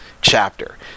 chapter